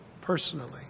personally